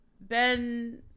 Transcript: Ben